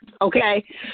Okay